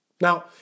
Now